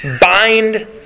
bind